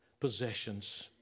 Possessions